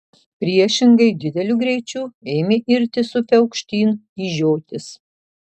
priešingai dideliu greičiu ėmė irtis upe aukštyn į žiotis